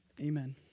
amen